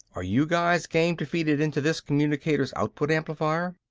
are you guys game to feed it into this communicator's output amplifier?